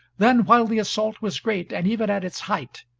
then while the assault was great, and even at its height,